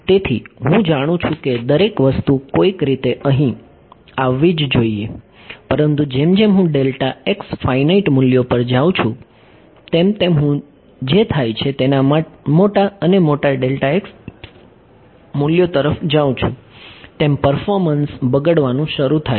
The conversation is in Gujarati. તેથી હું જાણું છું કે દરેક વસ્તુ કોઈક રીતે અહીં આવી જવી જોઈએ પરંતુ જેમ જેમ હું ફાઇનાઇટ મૂલ્યો પર જઉં છું તેમ તેમ હું જે થાય છે તેના મોટા અને મોટા મૂલ્યો તરફ જઉં છું તેમ પર્ફોર્મન્સ બગડવાનું શરૂ થાય છે